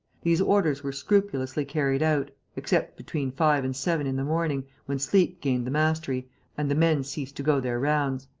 these orders were scrupulously carried out, except between five and seven in the morning, when sleep gained the mastery and the men ceased to go their rounds.